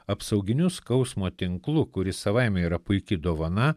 apsauginiu skausmo tinklu kuris savaime yra puiki dovana